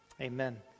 Amen